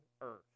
earth